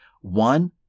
one